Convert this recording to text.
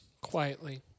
Quietly